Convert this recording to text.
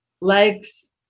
legs